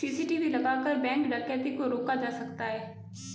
CCTV लगाकर bank डकैती को रोका जा सकता है